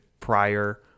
prior